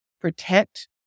protect